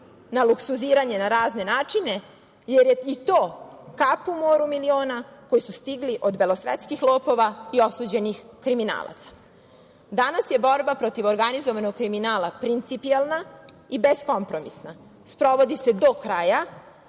na luksuziranje na razne načine jer je i to kap u moru miliona koji su stigli od belosvetskih lopova i osuđenih kriminalaca. Danas je borba protiv organizovanog kriminala principijelna i beskompromisna. Sprovodi se do kraja